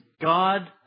God